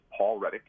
paulreddick